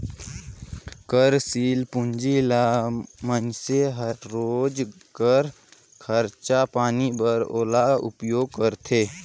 कारसील पूंजी ल मइनसे हर रोज कर खरचा पानी बर ओला उपयोग करथे